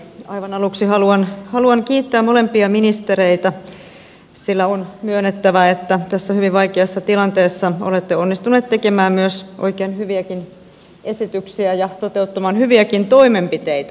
aivan aluksi haluan kiittää molempia ministereitä sillä on myönnettävä että tässä hyvin vaikeassa tilanteessa olette onnistuneet tekemään oikein hyviäkin esityksiä ja toteuttamaan hyviäkin toimenpiteitä